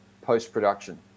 post-production